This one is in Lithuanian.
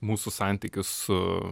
mūsų santykis su